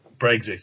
Brexit